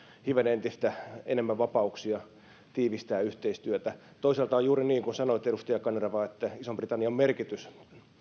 hivenen entistä enemmän vapauksia tiivistää yhteistyötä toisaalta on juuri niin kuin sanoitte edustaja kanerva että ison britannian merkitys